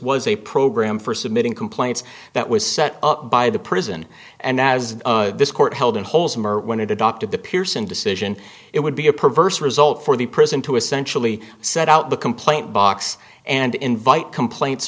was a program for submitting complaints that was set up by the prison and as this court held in wholesome or when it adopted the pearson decision it would be a perverse result for the prison to essentially set out the complaint box and invite complaints